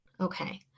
okay